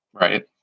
Right